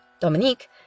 Dominique